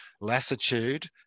lassitude